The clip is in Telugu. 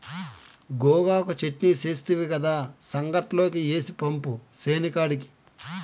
గోగాకు చెట్నీ సేస్తివి కదా, సంగట్లోకి ఏసి పంపు సేనికాడికి